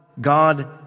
God